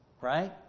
right